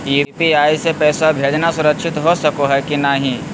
UPI स पैसवा भेजना सुरक्षित हो की नाहीं?